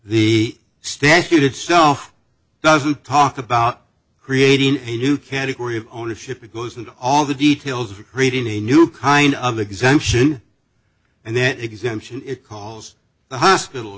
the statute itself doesn't talk about creating a new category of ownership it goes into all the details for creating a new kind of exemption and then exemption it calls the hospital